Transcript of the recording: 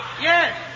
Yes